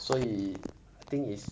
所以 thing is